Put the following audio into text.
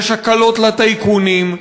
יש הקלות לטייקונים,